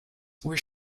were